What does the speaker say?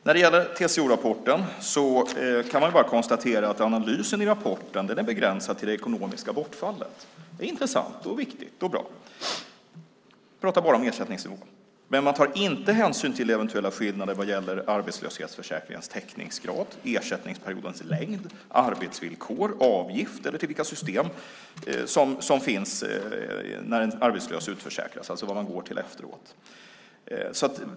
När det gäller TCO-rapporten kan jag bara konstatera att analysen i rapporten är begränsad till det ekonomiska bortfallet. Det är intressant, viktigt och bra. Man pratar bara om ersättningsnivåer och tar inte hänsyn till eventuella skillnader vad gäller arbetslöshetsförsäkringens täckningsgrad, ersättningsperiodens längd, arbetsvillkor, avgifter eller vilka system som finns när en arbetslös utförsäkras, alltså vad man går till efteråt.